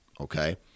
Okay